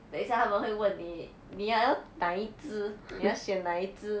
等一下他们会问你你要哪一只你要选哪一只